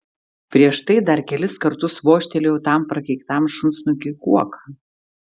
prieš tai dar kelis kartus vožtelėjau tam prakeiktam šunsnukiui kuoka